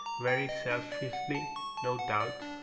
very selfishly no doubt,